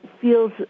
feels